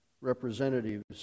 representatives